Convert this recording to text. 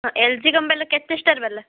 L G କମ୍ପାନୀର କେତେ ଷ୍ଟାରବାଲା